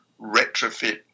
retrofit